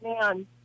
man